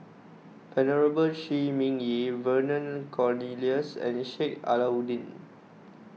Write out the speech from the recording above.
Venerable Shi Ming Yi Vernon Cornelius and Sheik Alau'ddin